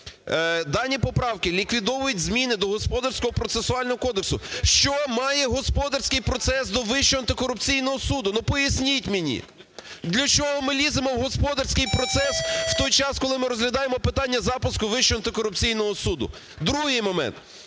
дані поправки ліквідовують зміни до Господарського процесуального кодексу. Що має господарський процес до Вищого антикорупційного суду, ну, пояснять мені. Для чого ми ліземо в господарський процес в той час, коли ми розглядаємо питання запуску Вищого антикорупційного суду? Другий момент.